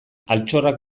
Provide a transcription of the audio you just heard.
altxorrak